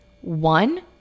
One